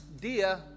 dear